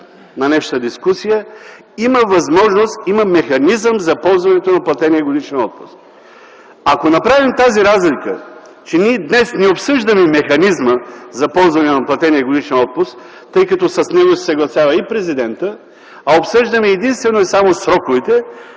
на днешната дискусия, има възможност, има механизъм за ползването на платения годишен отпуск. Ако направим тази разлика, че ние днес не обсъждаме механизма за ползване на платения годишен отпуск, тъй като с него се съгласява и президентът, а обсъждаме единствено и само сроковете,